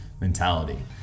mentality